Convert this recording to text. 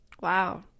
Wow